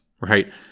right